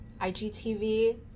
IGTV